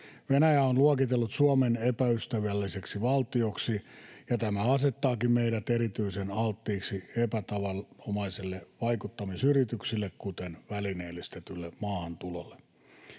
Venäjä on luokitellut Suomen epäystävälliseksi valtioksi, ja tämä asettaakin meidät erityisen alttiiksi epätavanomaisille vaikuttamisyrityksille, kuten välineellistetylle maahantulolle.